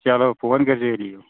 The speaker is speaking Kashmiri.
چلو فون کٔرۍزیٚو ییٚلہِ یِیِو